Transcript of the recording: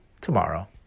tomorrow